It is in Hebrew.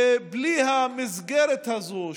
שבלי המסגרת הזאת,